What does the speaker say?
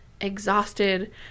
exhausted